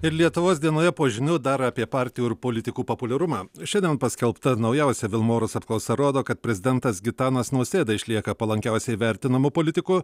ir lietuvos dienoje po žinių dar apie partijų ir politikų populiarumą šiandien paskelbta naujausia vilmorus apklausa rodo kad prezidentas gitanas nausėda išlieka palankiausiai vertinamu politiku